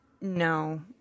No